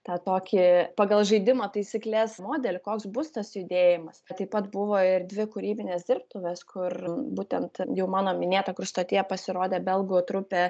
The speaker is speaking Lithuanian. tą tokį pagal žaidimo taisykles modelį koks bus tas judėjimas taip pat buvo ir dvi kūrybinės dirbtuvės kur būtent jau mano minėta kur stotyje pasirodė belgų trupė